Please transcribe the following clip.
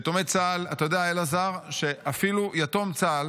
יתומי צה"ל, אתה יודע, אלעזר, אפילו אם יתום צה"ל